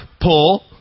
pull